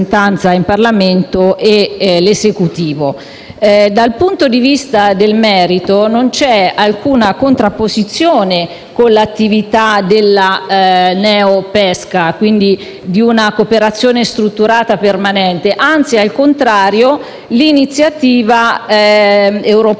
Dal punto di vista del merito, non c'è alcuna contrapposizione con l'attività della neo-PESCO, quindi di una cooperazione strutturata permanente, anzi, al contrario, l'iniziativa europea